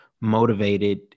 motivated